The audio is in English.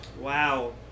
Wow